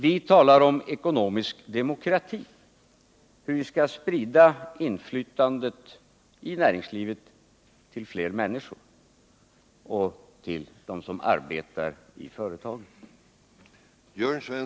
Vi talar om ekonomisk demokrati, hur vi skall sprida inflytandet i näringslivet till fler människor och till dem som arbetar i företagen.